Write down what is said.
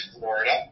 Florida